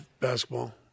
basketball